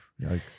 yikes